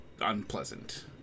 unpleasant